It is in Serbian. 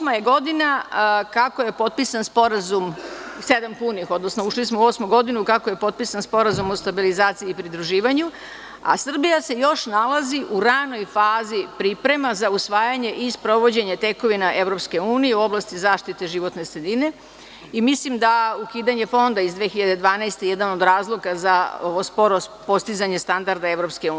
Osma je godina kako je potpisan Sporazum, sedam punih, ušli smo u osmu godinu kako je potpisan Sporazum o stabilizaciji i pridruživanju, a Srbija se još nalazi u ranoj fazi priprema za usvajanje i sprovođenje tekovina EU u oblasti zaštite životne sredine i mislim da ukidanje fonda iz 2012. je jedan od razloga za sporo postizanje standarda EU.